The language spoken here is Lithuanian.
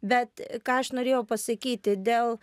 bet ką aš norėjau pasakyti dėl